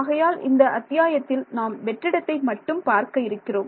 ஆகையால் இந்த அத்தியாயத்தில் நாம் வெற்றிடத்தை மட்டும் பார்க்க இருக்கிறோம்